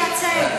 התורה שאתה מייצג.